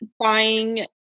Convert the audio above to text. buying